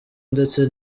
ndetse